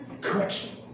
correction